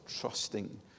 trusting